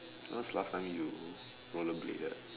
when was last time you rollerbladed